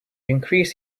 increase